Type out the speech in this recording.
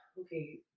okay